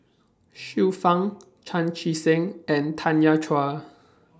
Xiu Fang Chan Chee Seng and Tanya Chua